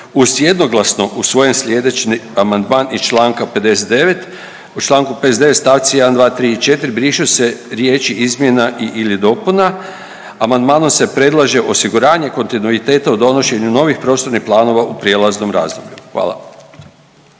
uz jednoglasno usvojen slijedeći amandman iz čl. 59., u čl. 59. st. 1., 2., 3. i 4. brišu se riječi „izmjena i/ili dopuna“. Amandmanom se predlaže osiguranje kontinuiteta o donošenju novih prostornih planova u prijelaznom razdoblju, hvala.